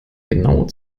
genaue